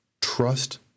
trust